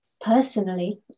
personally